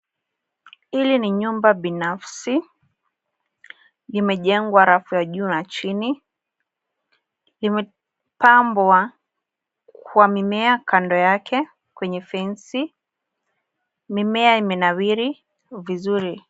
Hili ni nyumba binafsi. Limejengwa rafu ya juu na chini. Limepambwa kwa mimea kando yake kwenye fensi. Mimea imenawiri vizuri.